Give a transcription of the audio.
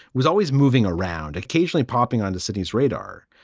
was always moving around, occasionally popping on the city's radar.